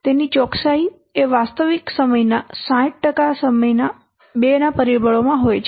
તેની ચોકસાઈ એ વાસ્તવિક સમયના 60 ટકા સમયના 2 ના પરિબળમાં હોય છે